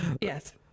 yes